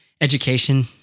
education